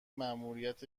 ماموریت